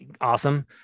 awesome